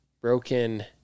Broken